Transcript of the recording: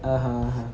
(uh huh)